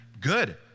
good